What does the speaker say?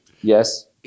Yes